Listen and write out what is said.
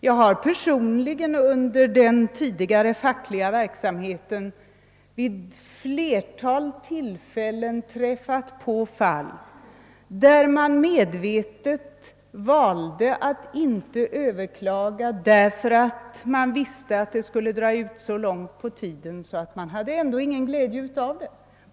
Jag har personligen under min tidigare fackliga verksamhet vid ett flertal tillfällen träffat på fall där man medvetet valt att inte överklaga därför att man visste att det skulle dra så långt ut på tiden, att man inte skulle få någon glädje av ett överklagande.